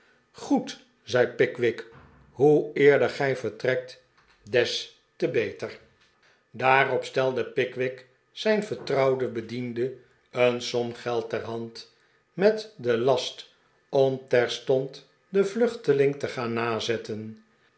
goed zei pickwick hoe eerder gij vertrekt des te beter daarop stelde pickwick zijn getrouwen bediende een som geld ter hand met den last om terstond den vluchteling te gaan nazetten